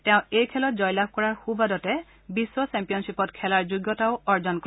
তেওঁ এই খেলত জয়লাভ কৰাৰ সূবাদতে বিশ্ব ছেম্পিয়নশ্বিপত খেলাৰ যোগ্যতাও অৰ্জন কৰে